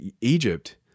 Egypt